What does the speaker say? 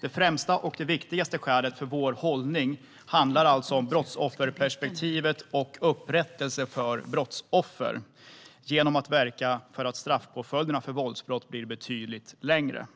Det främsta och viktigaste skälet till vår hållning handlar alltså om brottsofferperspektivet och just upprättelse för brottsoffer genom att verka för att straffpåföljderna för våldsbrott blir betydligt längre.